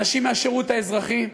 אנשים מהשירות האזרחי,